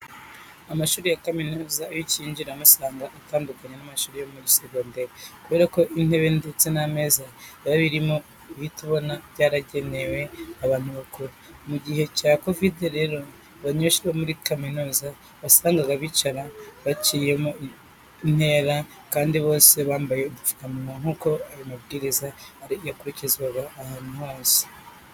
Amashuri ya kaminuza iyo ukiyinjiramo usanga atandukanye n'amashuri yo muri segonderi kubera ko intebe ndetse n'ameza biba birimo uhita ubona ko byagenewe abantu bakuru. Mu gihe cya kovide rero abanyeshuri bo muri kaminuza wasangaga bicaye bashyizemo intera kandi bose bambaye udupfukamunwa nk'uko ayo mabwiriza yari ari gukurikizwa ahantu hose.